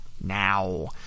now